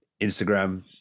instagram